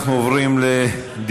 אנחנו עוברים לדיון.